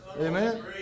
Amen